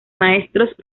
maestros